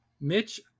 mitch